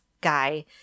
guy